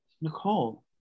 Nicole